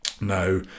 Now